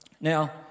Now